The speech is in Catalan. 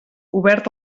obert